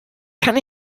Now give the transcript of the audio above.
kann